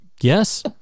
Yes